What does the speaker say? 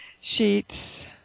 Sheets